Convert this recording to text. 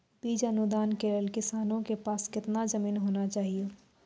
बीज अनुदान के लेल किसानों के पास केतना जमीन होना चहियों?